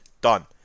Done